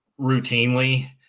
routinely